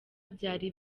byari